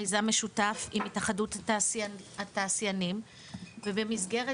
מיזם משותף עם התאחדות התעשיינים ובמסגרת